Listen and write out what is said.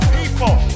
people